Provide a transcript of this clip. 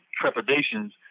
trepidations